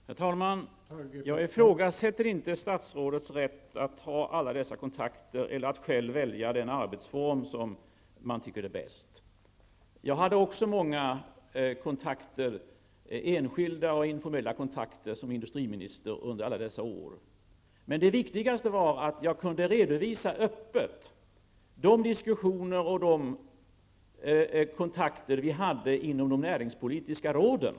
Herr talman! Jag ifrågasätter inte statsrådets rätt att ha alla dessa kontakter eller att själv välja den arbetsform som han tycker är bäst. Också jag hade under alla mina år som industriminister många enskilda och informella kontakter. Men det viktigaste var att jag öppet kunde redovisa de diskussioner och de kontakter vi hade inom de näringspolitiska råden.